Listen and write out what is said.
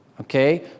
okay